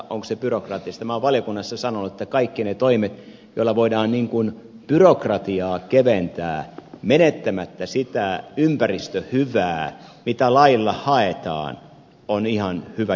minä olen valiokunnassa sanonut että kaikki ne toimet joilla voidaan byrokratiaa keventää menettämättä sitä ympäristöhyvää mitä lailla haetaan on ihan hyvä juttu